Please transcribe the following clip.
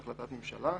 בהחלטת ממשלה,